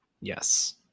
yes